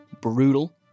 brutal